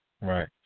Right